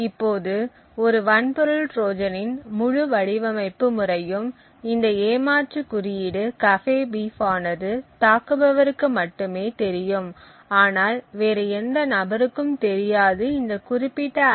இப்போது ஒரு வன்பொருள் ட்ரோஜனின் முழு வடிவமைப்பு முறையும் இந்த ஏமாற்று குறியீடு cafebeef ஆனது தாக்குபவருக்கு மட்டுமே தெரியும் ஆனால் வேறு எந்த நபருக்கும் தெரியாது இந்த குறிப்பிட்ட ஐ